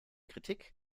kritik